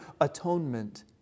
atonement